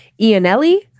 Ianelli